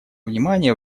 внимание